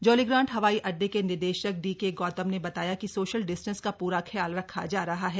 जौलीग्रांट हवाई अड्डे के निदेशक डी के गौतम ने बताया की सोशल डिस्टेंस का प्रा ख्याल रखा जा रहा है